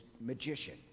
magician